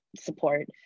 support